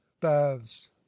baths